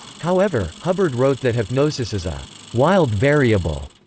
however, hubbard wrote that hypnosis is a wild variable,